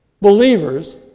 believers